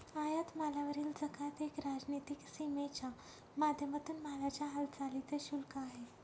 आयात मालावरील जकात एक राजनीतिक सीमेच्या माध्यमातून मालाच्या हालचालींच शुल्क आहे